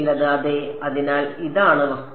ചിലത് അതെ അതിനാൽ ഇതാണ് വസ്തു